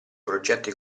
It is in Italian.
progetti